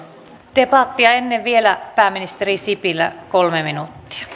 debattia ennen vielä pääministeri sipilä kolme